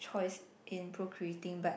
choice in procreating but